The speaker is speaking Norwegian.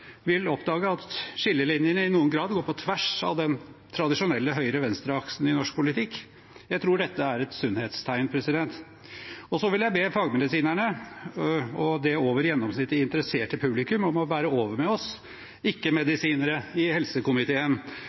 vil oppdage at skillelinjene i noen grad går på tvers av den tradisjonelle høyre–venstre-aksen i norsk politikk. Jeg tror dette er et sunnhetstegn. Så vil jeg be fagmedisinerne – og det over gjennomsnittlige interesserte publikum – om å bære over med oss ikke-medisinere i helsekomiteen,